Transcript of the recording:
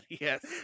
Yes